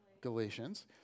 Galatians